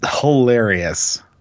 hilarious